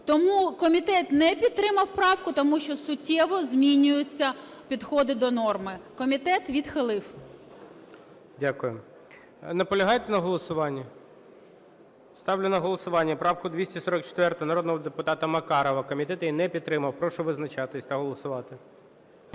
Тому комітет не підтримав правку, тому що суттєво змінюються підходи до норми. Комітет відхилив. ГОЛОВУЮЧИЙ. Дякую. Наполягаєте на голосуванні? Ставлю на голосування правку 244 народного депутата Макарова, комітет її не підтримав. Прошу визначатись та голосувати.